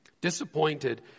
disappointed